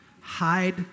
Hide